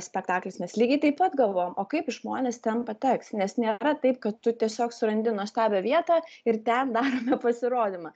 spektaklis mes lygiai taip pat galvojom o kaip žmonės ten pateks nes nėra taip kad tu tiesiog surandi nuostabią vietą ir ten darome pasirodymą